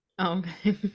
Okay